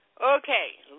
Okay